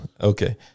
okay